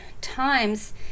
times